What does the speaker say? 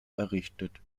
errichtet